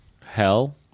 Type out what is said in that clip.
hell